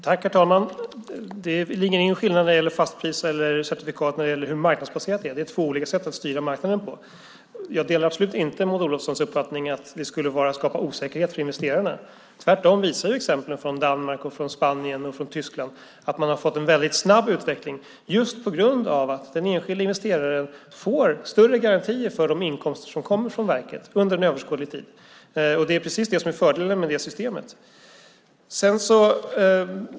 Herr talman! Det finns ingen skillnad mellan fastpris och certifikat när det gäller hur marknadsbaserat det är. Det är två olika sätt att styra marknaden på. Jag delar absolut inte Maud Olofssons uppfattning att det skulle skapa osäkerhet för investerarna. Tvärtom visar exemplen från Danmark, Spanien och Tyskland att man har fått en väldigt snabb utveckling på grund av att den enskilde investeraren får större garantier för de inkomster som kommer från verket under överskådlig tid. Det är precis det som är fördelen med det systemet.